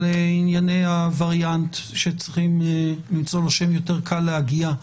על ענייני הווריאנט שצריכים למצוא לו שם יותר קל להגייה.